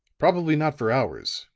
probably not for hours,